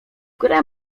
grę